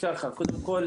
קודם כול,